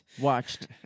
watched